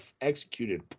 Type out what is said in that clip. executed